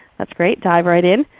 that's great, dive right in.